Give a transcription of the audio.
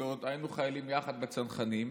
היינו חיילים יחד בצנחנים.